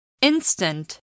Instant